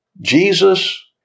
Jesus